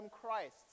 Christ